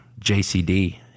JCD